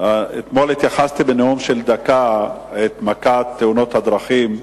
אתמול התייחסתי בנאום בן דקה למכת תאונות הדרכים,